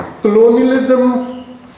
Colonialism